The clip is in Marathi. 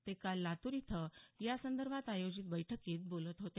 ते काल लातूर इथं यासंदर्भात आयोजित बैठकीत बोलत होते